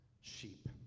sheep